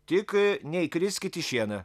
tik neįkriskit į šieną